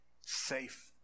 Safe